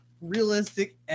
realistic